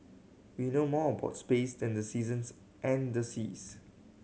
we know more about space than the seasons and the seas